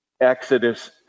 Exodus